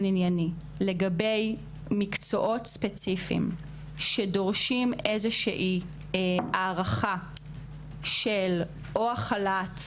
ענייני לגבי מקצועות ספציפיים שדורשים איזושהי הארכה של או החל"ת,